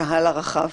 לקהל הרחב.